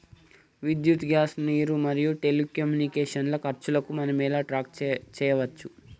విద్యుత్ గ్యాస్ నీరు మరియు టెలికమ్యూనికేషన్ల ఖర్చులను మనం ఎలా ట్రాక్ చేయచ్చు?